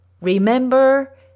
Remember